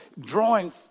drawing